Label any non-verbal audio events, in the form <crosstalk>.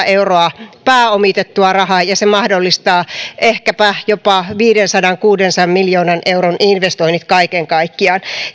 <unintelligible> euroa pääomitettua rahaa ja se mahdollistaa ehkäpä jopa viidensadan viiva kuudensadan miljoonan euron investoinnit kaiken kaikkiaan